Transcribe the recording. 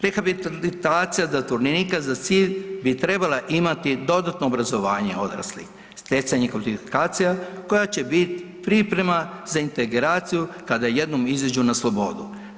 Rehabilitacija zatvorenika za cilj bi trebala imati dodatno obrazovanje odraslih, stjecanje kvalifikacija koja će bit priprema za integraciju kada jednom izađu na slobodu.